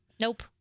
Nope